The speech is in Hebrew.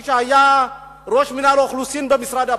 אפרתי, שהיה ראש מינהל האוכלוסין במשרד הפנים,